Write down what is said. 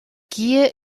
gier